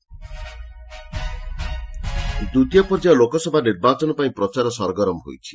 campaign ଦ୍ୱିତୀୟ ପର୍ଯ୍ୟାୟ ଲୋକସଭା ନିର୍ବାଚନ ପାଇଁ ପ୍ରଚାର ସରଗରମ ହୋଇଛି